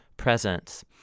presence